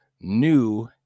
new